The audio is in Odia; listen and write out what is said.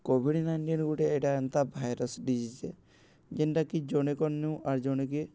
କୋଭିଡ଼୍ ନାଇଣ୍ଟିନ୍ ଗୁଟେ ଇଟା ଏନ୍ତା ଭାଇରସ୍ ଡିଜିଜ୍ଟେ ଯେନ୍ଟାକି ଜଣେକର୍ନୁ ଆର୍ ଜଣେକେ